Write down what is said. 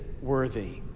worthy